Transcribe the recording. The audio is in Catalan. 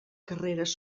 carreres